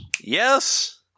Yes